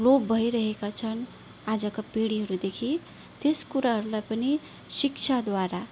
लोप भइरहेका छन् आजको पिँढीहरूदेखि त्यस कुराहरूलाई पनि शिक्षाद्वारा